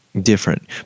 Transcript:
different